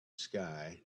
sky